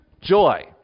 joy